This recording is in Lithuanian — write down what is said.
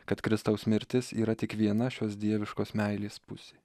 kad kristaus mirtis yra tik viena šios dieviškos meilės pusė